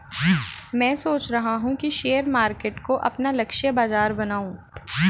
मैं सोच रहा हूँ कि शेयर मार्केट को अपना लक्ष्य बाजार बनाऊँ